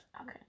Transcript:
Okay